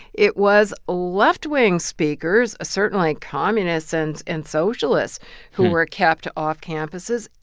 it was left-wing speakers certainly, communists and and socialists who were kept off campuses,